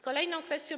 Kolejna kwestia.